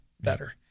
better